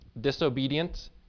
disobedient